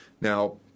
Now